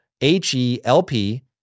H-E-L-P